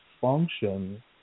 function